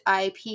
IP